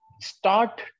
start